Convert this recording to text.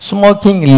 Smoking